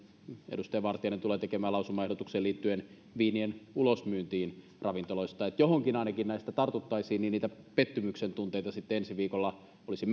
edustaja vartiainen tulee tekemään lausumaehdotuksen liittyen viinien ulosmyyntiin ravintoloista jos ainakin johonkin näistä tartuttaisiin niin niitä pettymyksen tunteita sitten ensi viikolla olisi